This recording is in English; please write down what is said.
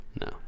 no